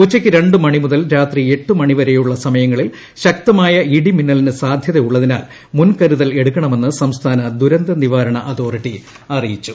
ഉച്ചയ്ക്ക് രണ്ട് മണിമുതിൽ രാത്രി എട്ട് മണിവരെയുള്ള സമയങ്ങളിൽ ശക്തമായ് ഇടിമിന്നലിന് സാധൃതയുള്ളതിനാൽ മുൻകരുതൽ എടുക്കണമെന്ന് സംസ്ഥാന ദുരന്തനിവാരണ അതോറിറ്റി അറിയിച്ചു